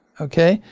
okay?